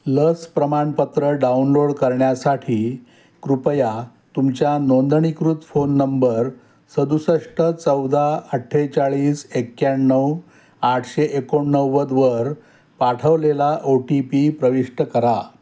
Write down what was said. लस प्रमाणपत्र डाउनलोड करण्यासाठी कृपया तुमच्या नोंदणीकृत फोन नंबर सदुसष्ट चौदा अठ्ठेचाळीस एक्याण्णव आठशे एकोणनव्वदवर पाठवलेला ओ टी पी प्रविष्ट करा